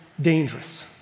dangerous